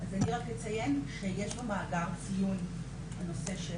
אני רק אציין שיש במאגר ציון לנושא,